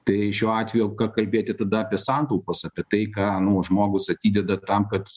tai šiuo atveju ką kalbėti tada apie santaupas apie tai ką nu žmogus atideda tam kad